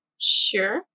Sure